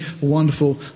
wonderful